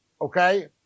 Okay